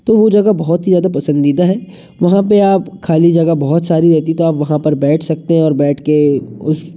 तो वो जगह बहुत ही ज़्यादा पसंदीदा है वहाँ पर आप ख़ाली जगह बहुत सारी रहती तो आप वहाँ पर बैठ सकते हैं और बैठ के उस